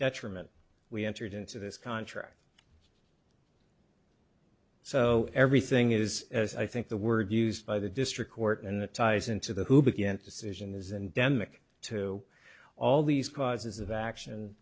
detriment we entered into this contract so everything is as i think the word used by the district court and the ties into the who begin to susan is an demick to all these causes of action